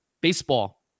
Baseball